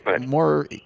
more